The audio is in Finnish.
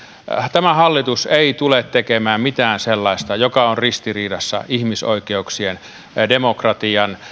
tämä hallitus ei tule tekemään mitään sellaista mikä on ristiriidassa ihmisoikeuksien demokratian